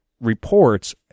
reports